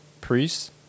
Priests